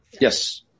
Yes